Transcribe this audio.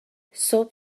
صبح